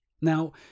Now